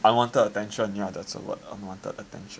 unwanted attention yeah that's the word unwanted attention